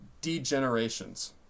degenerations